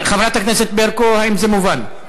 חברת הכנסת ברקו, האם זה מובן?